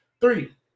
three